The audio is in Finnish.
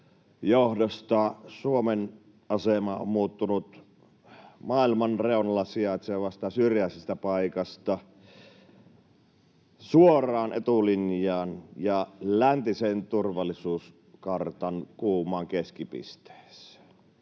johdosta Suomen asema on muuttunut maailman reunalla sijaitsevasta syrjäisestä paikasta suoraan etulinjaan ja läntisen turvallisuuskartan kuumaan keskipisteeseen.